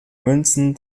münzen